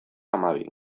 hamabi